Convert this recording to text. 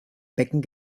becken